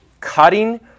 Cutting